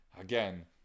again